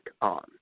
on